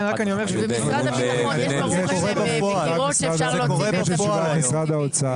אני רוצה לשמוע את תשובת משרד האוצר.